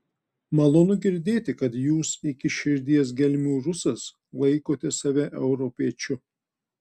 malonu girdėti kad jūs iki širdies gelmių rusas laikote save europiečiu